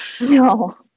No